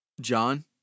John